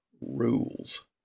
rules